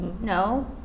No